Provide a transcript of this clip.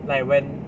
like when